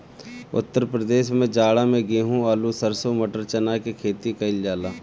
उत्तर प्रदेश में जाड़ा में गेंहू, आलू, सरसों, मटर, चना के खेती कईल जाला